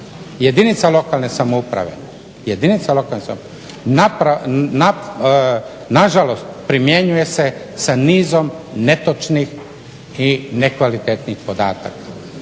jedan od osnovnih poreza jedinica lokalne samouprave nažalost primjenjuje se sa nizom netočnih i nekvalitetnih podataka.